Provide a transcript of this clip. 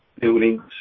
buildings